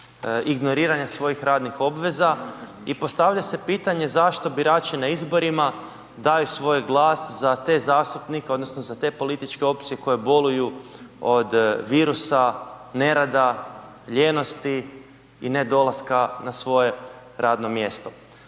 ignoriranja svojih radnih obveza? I postavlja se pitanje zašto birači na izborima daju svoj glas za te zastupnike odnosno za te političke opcije koje boluju od virusa nerada, lijenosti i ne dolaska na svoje radno mjesto?